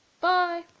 Bye